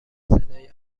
صدای